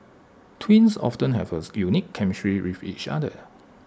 twins often have A unique chemistry with each other